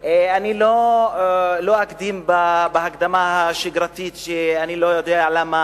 אני לא אקדים בהקדמה השגרתית שאני לא יודע למה